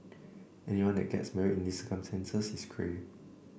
anyone that gets married in these circumstances is cray